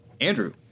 Andrew